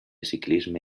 ciclisme